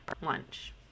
lunch